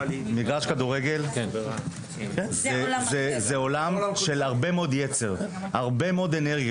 מגרש כדורגל זה עולם של הרבה מאוד יצר ואנרגיות,